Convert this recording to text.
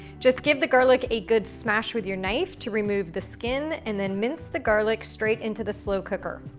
just give the garlic a good smash with your knife to remove the skin and then mince the garlic straight into the slow cooker.